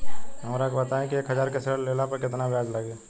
हमरा के बताई कि एक हज़ार के ऋण ले ला पे केतना ब्याज लागी?